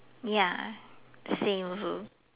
ya same also